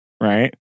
right